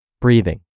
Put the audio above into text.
breathing